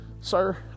sir